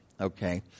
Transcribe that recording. okay